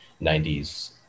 90s